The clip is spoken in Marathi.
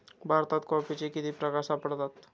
भारतात कॉफीचे किती प्रकार सापडतात?